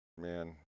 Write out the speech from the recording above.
man